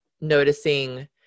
noticing